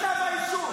שאתה שקרן.